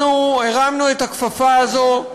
אנחנו הרמנו את הכפפה הזאת,